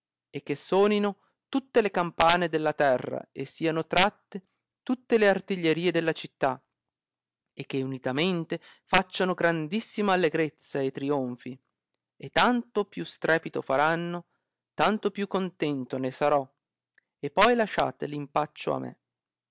e che sonino tutte le campane della terra e siano tratte tutte le artigliarle della città e che unitamente facciano grandissima allegrezza e trionfi e quanto più strepito faranno tanto più contento ne sarò e poi lasciate impaccio a me